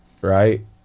right